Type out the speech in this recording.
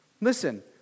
Listen